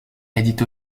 édite